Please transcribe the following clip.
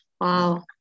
Wow